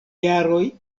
jaroj